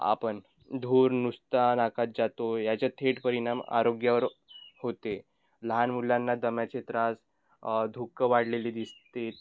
आपण धूर नुसता नाकात जातो याच्या थेट परिणाम आरोग्यावर होते लहान मुलांना दम्याचे त्रास धुकं वाढलेले दिसते